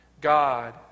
God